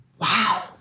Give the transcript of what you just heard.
Wow